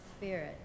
spirit